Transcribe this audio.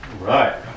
right